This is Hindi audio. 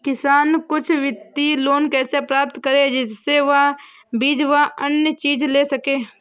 किसान कुछ वित्तीय लोन कैसे प्राप्त करें जिससे वह बीज व अन्य चीज ले सके?